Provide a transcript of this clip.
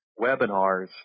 webinars